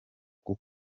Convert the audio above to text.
bwo